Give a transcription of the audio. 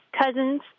cousin's